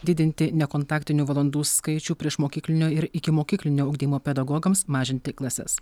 didinti nekontaktinių valandų skaičių priešmokyklinio ir ikimokyklinio ugdymo pedagogams mažinti klases